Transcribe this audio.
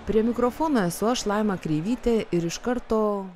prie mikrofono esu aš laima kreivytė ir iš karto